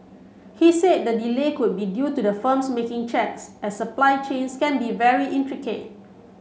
he said the delay could be due to the firms making checks as supply chains can be very intricate